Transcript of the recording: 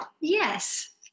Yes